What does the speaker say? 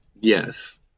yes